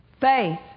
Faith